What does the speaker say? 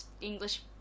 English